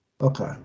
Okay